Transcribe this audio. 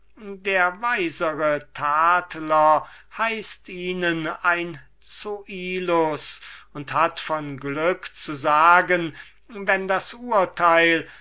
der weisere tadler heißt ihnen ein zoilus und hat von glück zu sagen wenn das urteil